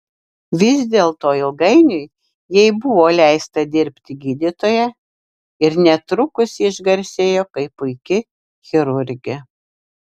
vis dėlto ilgainiui jai buvo leista dirbti gydytoja ir netrukus ji išgarsėjo kaip puiki chirurgė